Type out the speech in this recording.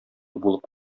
булып